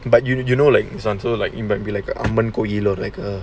but you you know like அம்மன்கோயில்:amman koyil or like